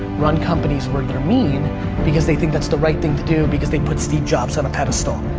run companies where they're mean because they think that's the right thing to do because they put steve jobs on a pedestal.